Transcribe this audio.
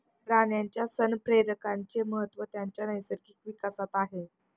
प्राण्यांच्या संप्रेरकांचे महत्त्व त्यांच्या नैसर्गिक विकासात आहे